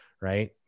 right